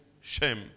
shame